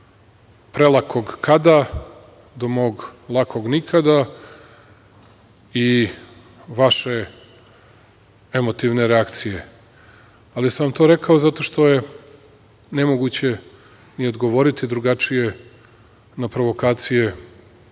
prelakog „kada“, do mog lakog „nikada“, i vaše emotivne reakcije. Ali sam to rekao, zato što je nemoguće ni odgovoriti drugačije na provokacije,